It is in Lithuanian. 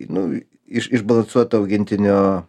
nu iš išbalansuot augintinio